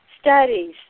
studies